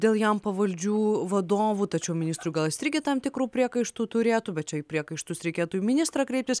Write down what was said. dėl jam pavaldžių vadovų tačiau ministrui gal jis irgi tam tikrų priekaištų turėtų bet čia į priekaištus reikėtų į ministrą kreiptis